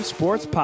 Sports